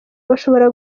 bashobora